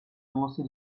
musste